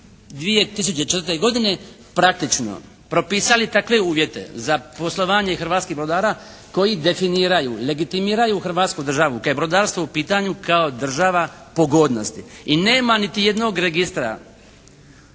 2004. godine praktično propisali takve uvjete za poslovanje hrvatskih brodara koji definiraju legitimiraju hrvatsku državu kada je brodarstvo u pitanju kao država pogodnosti i nema niti jednog registra